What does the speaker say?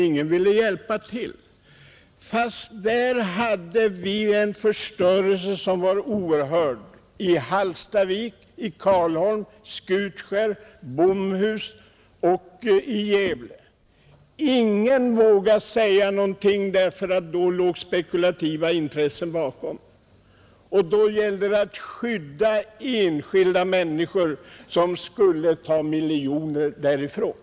Ingen ville hjälpa till fast de visste att det skedde en oerhörd förstörelse i Hallstavik, i Karlholm, i Skutskär och i Bomhus och i Gävle. Ingen vågade säga någonting, därför att då låg spekulativa intressen bakom. Då gällde det att skydda kapitalstarka enskilda människor som skulle ta miljoner därifrån.